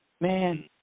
Man